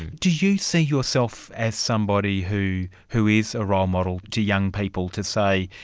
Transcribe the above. do you see yourself as somebody who who is a role model to young people, to say,